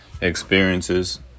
experiences